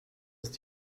ist